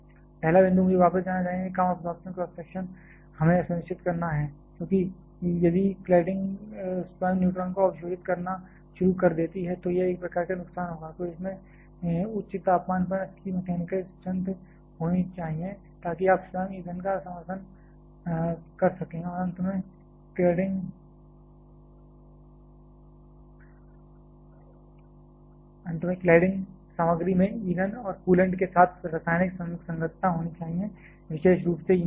पहला बिंदु मुझे वापस जाना चाहिए कम अब्जॉर्प्शन क्रॉस सेक्शन हमें सुनिश्चित करना है क्योंकि यदि क्लैडिंग स्वयं न्यूट्रॉन को अवशोषित करना शुरू कर देती है तो यह एक प्रकार का नुकसान होगा तो इसमें उच्च तापमान पर अच्छी मैकेनिकल स्ट्रैंथ होनी चाहिए ताकि आप स्वयं ईंधन का समर्थन कर सकें और अंत में क्लैडिंग सामग्री में ईंधन और कूलेंट के साथ रासायनिक संगतता होनी चाहिए विशेष रूप से ईंधन के साथ